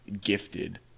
gifted